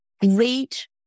great